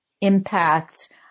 impact